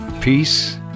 peace